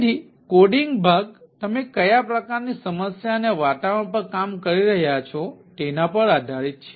તેથી કોડિંગ ભાગ તમે કયા પ્રકારની સમસ્યા અને વાતાવરણ પર કામ કરી રહ્યા છો તેના પર આધારિત છે